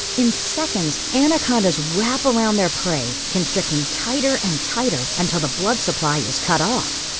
in seconds, anacondas wrap around their prey, constricting tighter and tighter until the blood supply is cut off.